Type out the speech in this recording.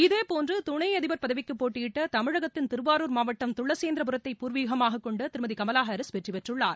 இதேபோன்று துணை அதிபர் பதவிக்கு போட்டியிட்ட தமிழகத்தின் திருவாரூர் மாவட்டம் துளசேந்திரபுரத்தை பூர்வீகமாகக் கொண்ட திருமதி கமலா ஹாரிஸ் வெற்றி பெற்றுள்ளார்